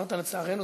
אמרת "לצערנו".